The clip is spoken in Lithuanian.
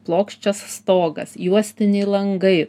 plokščias stogas juostiniai langai